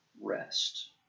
rest